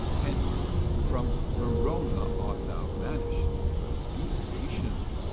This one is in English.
hence from verona art thou banished be patient,